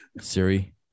Siri